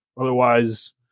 otherwise